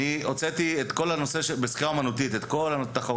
הוצאתי את כל התחרויות בשחייה אומנותית בשבת.